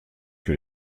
que